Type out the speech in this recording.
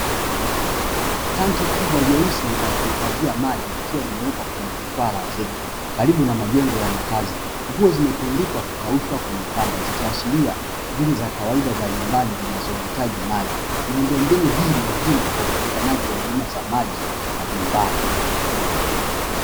Tangi kubwa jeusi la kuhifadhia maji, likiwa limewekwa kwenye jukwaa la zege, karibu na majengo ya makazi. Nguo zimetundikwa kukaushwa kwenye kamba, zikiashiria shughuli za kawaida za nyumbani zinazohitaji maji. Miundombinu hii ni muhimu kwa upatikanaji wa huduma za maji majumbani.